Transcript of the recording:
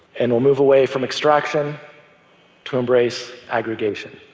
and we'll move away from extraction to embrace aggregation.